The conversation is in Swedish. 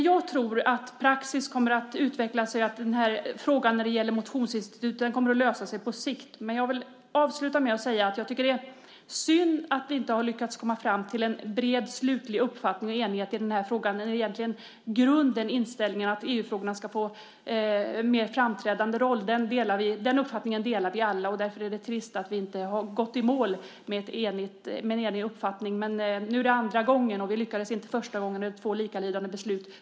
Jag tror att praxis kommer att utvecklas och att frågan om motionsinstitutet kommer att lösas på sikt. Men jag vill avsluta med att säga att jag tycker att det är synd att vi inte har lyckats komma fram till en bred slutlig uppfattning och enighet i denna fråga när det egentligen i grunden handlar om att EU-frågorna ska få en mer framträdande roll. Den uppfattningen delar vi alla. Därför är det trist att vi inte har gått i mål med en enig uppfattning. Men nu är det andra gången. Och vi lyckades inte första gången, och det är två likalydande beslut.